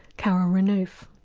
carole renouf.